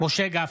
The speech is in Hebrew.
משה גפני,